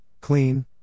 clean